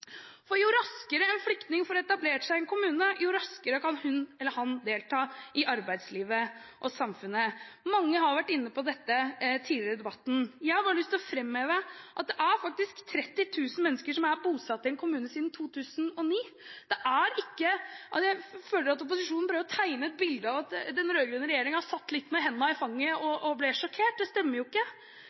Jo raskere en flyktning får etablert seg i en kommune, jo raskere kan hun eller han delta i arbeidslivet og samfunnet. Mange har vært inne på dette tidligere i debatten. Jeg har bare lyst til å framheve at det er faktisk 30 000 mennesker som er bosatt i en kommune siden 2009. Jeg føler at posisjonen prøver å tegne et bilde av at den rød-grønne regjeringen satt med hendene i fanget og ble sjokkert, men det stemmer jo ikke.